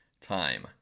Time